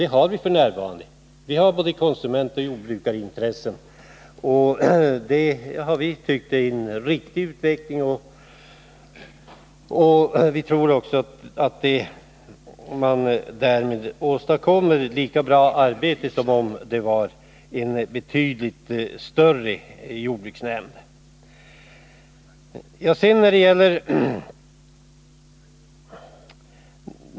Det har vi också f.n. — vi har både konsumentintressen och jordbrukarintressen, och vi har tyckt att det en riktig utveckling. Vi tror att man därmed åstadkommer ett lika bra arbete som om jordbruksnämnden vore betydligt större.